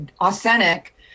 authentic